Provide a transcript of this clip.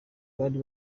bari